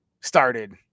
started